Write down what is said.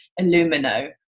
Illumino